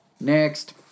Next